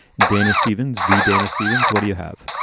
dana stevens, the dana stevens, what do you have?